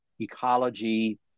ecology